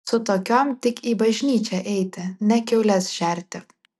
su tokiom tik į bažnyčią eiti ne kiaules šerti